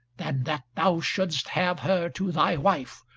than that thou shouldst have her to thy wife,